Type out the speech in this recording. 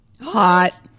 Hot